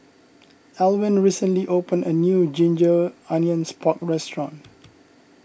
Alwine recently opened a new Ginger Onions Pork restaurant